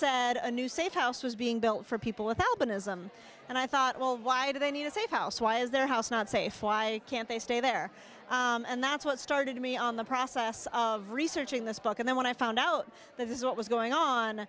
said a new safe house was being built for people with albinism and i thought well why do they need a safe house why is their house not safe why can't they stay there and that's what started me on the process of researching this book and then when i found out that this is what was going on